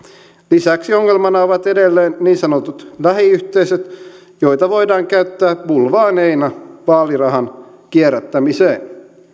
lisäksi ongelmana ovat edelleen niin sanotut lähiyhteisöt joita voidaan käyttää bulvaaneina vaalirahan kierrättämiseen